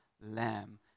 lamb